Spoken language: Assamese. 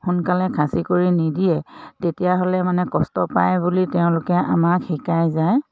সোনকালে খাচী কৰি নিদিয়ে তেতিয়াহ'লে মানে কষ্ট পায় বুলি তেওঁলোকে আমাক শিকাই যায়